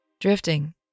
drifting